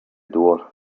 door